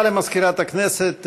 הבדיקות החיצוניות